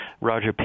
Roger